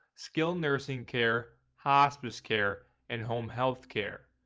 skilled nursing care, hospice care, and home health care.